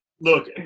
look